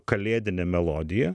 kalėdinė melodija